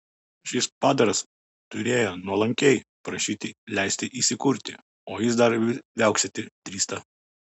šis padaras turėjo nuolankiai prašyti leisti įsikurti o jis dar viauksėti drįsta